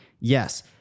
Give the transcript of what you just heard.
Yes